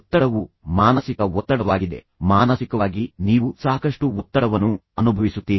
ಒತ್ತಡವು ಮಾನಸಿಕ ಒತ್ತಡವಾಗಿದೆ ಮಾನಸಿಕವಾಗಿ ನೀವು ಸಾಕಷ್ಟು ಒತ್ತಡವನ್ನು ಅನುಭವಿಸುತ್ತೀರಿ